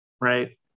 Right